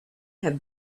have